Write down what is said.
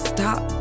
Stop